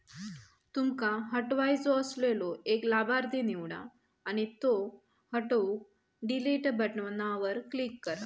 तुमका हटवायचो असलेलो एक लाभार्थी निवडा आणि त्यो हटवूक डिलीट बटणावर क्लिक करा